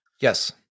Yes